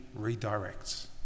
redirects